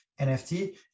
NFT